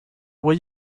will